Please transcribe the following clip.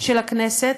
של הכנסת,